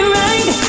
right